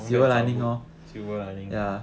从 bad 找 good silver lining